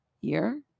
year